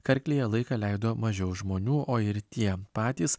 karklėje laiką leido mažiau žmonių o ir tie patys